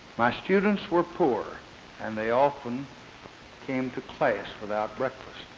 my students were poor and they often came to class without breakfast,